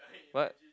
what